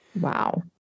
Wow